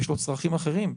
יש לו צרכים אחרים.